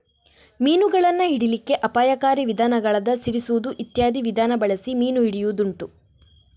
ಮೀನುಗಳನ್ನ ಹಿಡೀಲಿಕ್ಕೆ ಅಪಾಯಕಾರಿ ವಿಧಾನಗಳಾದ ಸಿಡಿಸುದು ಇತ್ಯಾದಿ ವಿಧಾನ ಬಳಸಿ ಮೀನು ಹಿಡಿಯುದುಂಟು